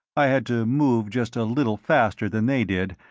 i had to move just a little faster than they did,